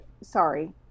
Sorry